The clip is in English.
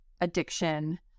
addiction